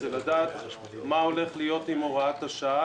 זה לדעת מה הולך להיות עם הוראת השעה,